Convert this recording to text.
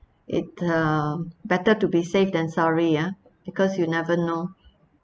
it uh better to be safe than sorry ya because you never know